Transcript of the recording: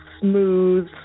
smooth